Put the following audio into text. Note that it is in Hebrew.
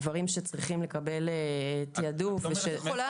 הדברים שצריכים לקבל תיעדוף --- את יכולה